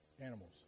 animals